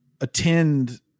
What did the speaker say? attend